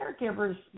caregivers